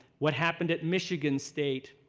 what happened at michigan state,